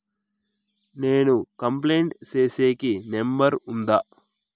నేను కంప్లైంట్ సేసేకి నెంబర్ ఉందా?